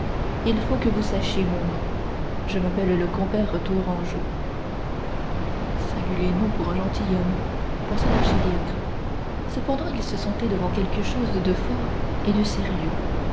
il faut que vous sachiez mon nom je m'appelle le compère tourangeau singulier nom pour un gentilhomme pensa l'archidiacre cependant il se sentait devant quelque chose de fort et de sérieux